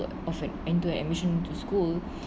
of an into admission to school